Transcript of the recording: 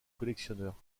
collectionneurs